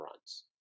runs